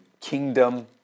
kingdom